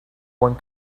one